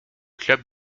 club